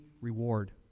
reward